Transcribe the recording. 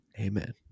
Amen